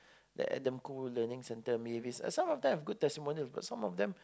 the Adam-Khoo learning center Mavis some of them have good testimonials but some of them